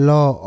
Law